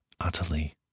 utterly